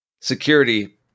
Security